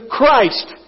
Christ